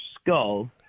skull